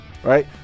Right